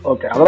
Okay